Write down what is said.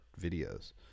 videos